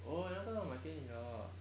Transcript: oo 那个我买给你的